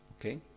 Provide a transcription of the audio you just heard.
Okay